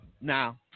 Now